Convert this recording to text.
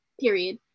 period